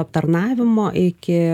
aptarnavimo iki